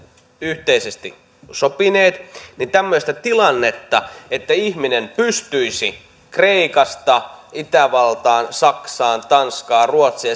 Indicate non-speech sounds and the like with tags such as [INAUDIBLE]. yhteisesti sopineet niin eihän tämmöistä tilannetta että ihminen pystyisi kreikasta itävaltaan saksaan tanskaan ruotsiin [UNINTELLIGIBLE]